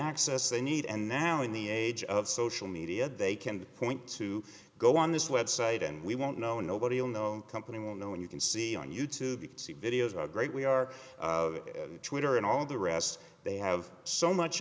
access they need and now in the age of social media they can point to go on this website and we won't know nobody will know company will know when you can see on youtube you can see videos are great we are twitter and all the rest they have so much